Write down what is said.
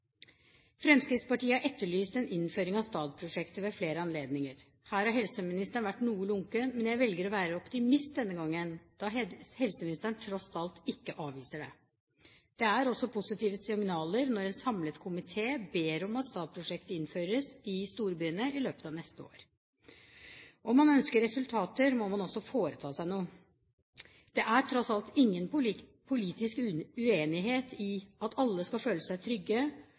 Fremskrittspartiet har etterlyst en innføring av STAD-prosjektet ved flere anledninger. Her har helseministeren vært noe lunken, men jeg velger å være optimist denne gangen, da helseministeren tross alt ikke avviser det. Det er også positive signaler når en samlet komité ber om at STAD-prosjektet innføres i storbyene i løpet av neste år. Om man ønsker resultater, må man også foreta seg noe. Det er tross alt ingen politisk uenighet om at alle skal føle seg trygge,